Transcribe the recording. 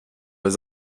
les